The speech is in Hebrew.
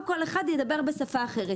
כל אחד ידבר בשפה אחרת.